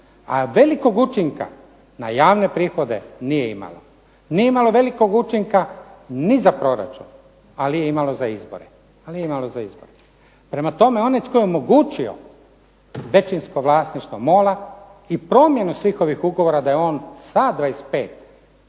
a velikog učinka na javne prihode nije imala. Nije imala velikog učinka ni za proračun, ali je imalo za izbore. Ali je imalo za izbore. Prema tome, onaj tko je omogućio većinsko vlasništvo MOL-a i promjenu svih ovih ugovora da je on sa 25